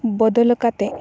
ᱵᱚᱫᱚᱞ ᱠᱟᱛᱮ